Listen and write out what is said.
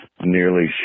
nearly